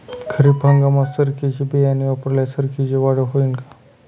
खरीप हंगामात सरकीचे बियाणे वापरल्यास सरकीची वाढ होईल का?